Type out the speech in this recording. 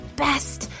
best